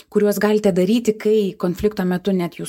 kuriuos galite daryti kai konflikto metu net jūs